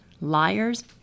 liars